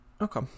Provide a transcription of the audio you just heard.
Okay